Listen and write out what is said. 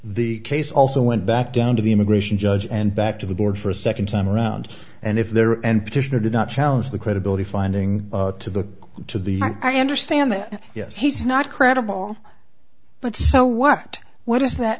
the case also went back down to the immigration judge and back to the board for a second time around and if there and petitioner did not challenge the credibility finding to the to the i understand that yes he's not credible but so what what does that